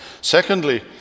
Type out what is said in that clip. Secondly